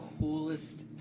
coolest